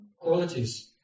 qualities